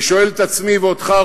אני שואל את עצמי ואותך,